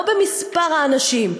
לא במספר האנשים.